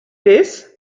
this